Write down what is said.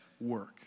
work